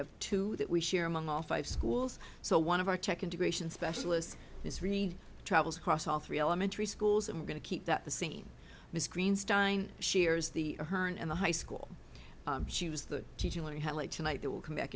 have two that we share among all five schools so one of our tech integration specialists misread travels across all three elementary schools and we're going to keep that the same miss greenstein shares the herne and the high school she was the teaching learning how late tonight they will come back